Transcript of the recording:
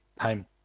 time